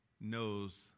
knows